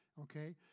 Okay